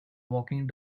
walking